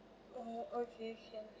oh okay can